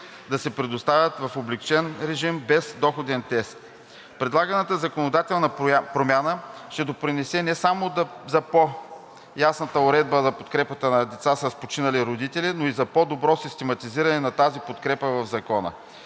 да се предоставят в облекчен режим без доходен тест. Предлаганата законодателна промяна ще допринесе не само за по-ясната уредба за подкрепата на децата с починали родители, но и за по-доброто систематизиране на тази подкрепа в Закона.